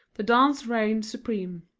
the dance reigns supreme.